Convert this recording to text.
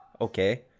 okay